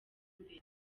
imbere